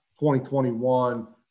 2021